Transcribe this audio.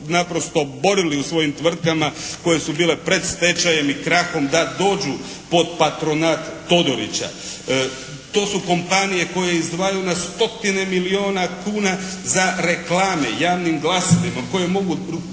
naprosto borili u svojim tvrtkama koje su bile pred stečajem i krahom da dođu pod patronat Todorića. To su kompanije koje izdvajaju na stotine milijuna kuna za reklame, javnim glasilima koje mogu